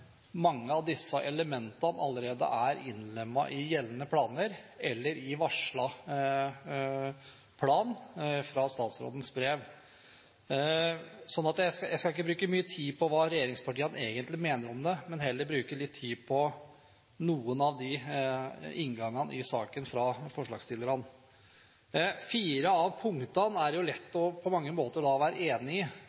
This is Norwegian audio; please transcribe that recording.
mange av disse elementene allerede er innlemmet i gjeldende planer eller i varslet plan, jf. statsrådens brev. Jeg skal ikke bruke mye tid på hva regjeringspartiene egentlig mener om det, men heller bruke litt tid på noen av inngangene i saken fra forslagsstillerne. Fire av punktene er det på mange måter lett